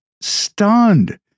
stunned